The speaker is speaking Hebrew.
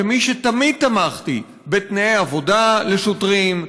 כמי שתמיד תמך בתנאי עבודה לשוטרים,